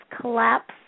collapse